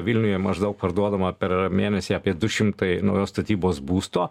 vilniuje maždaug parduodama per mėnesį apie du šimtai naujos statybos būsto